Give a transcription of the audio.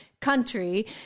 country